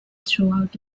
throughout